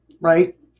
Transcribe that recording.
right